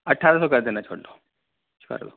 اٹھارہ سو کر دینا چھوڑ دو چھوڑ دو